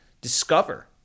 discover